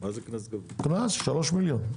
3 מיליון.